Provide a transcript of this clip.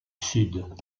sud